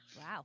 Wow